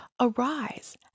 Arise